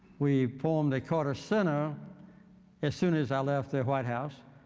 we formed the carter center as soon as i left the white house.